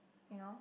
you know